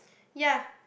ya